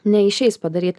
neišeis padaryt